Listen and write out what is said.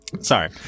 Sorry